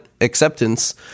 acceptance